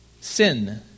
sin